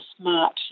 SMART